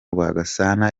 rwagasana